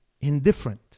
indifferent